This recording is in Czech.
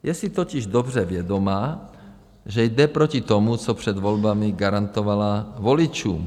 Je si totiž dobře vědoma, že jde proti tomu, co před volbami garantovala voličům.